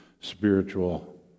spiritual